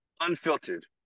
unfiltered